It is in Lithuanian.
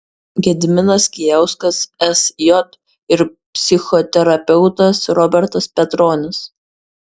gediminas kijauskas sj ir psichoterapeutas robertas petronis